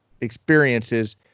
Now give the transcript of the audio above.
experiences